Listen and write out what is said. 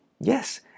yes